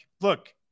look